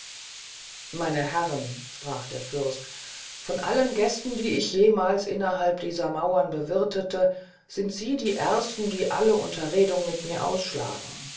meine herren sprach der fürst von allen gästen die ich jemals innerhalb dieser mauren bewirthete sind sie die ersten die alle unterredung mit mir ausschlagen